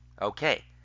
Okay